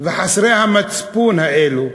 וחסרי המצפון האלה,